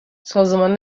سازمان